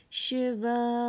shiva